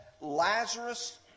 Lazarus